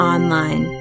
Online